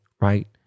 right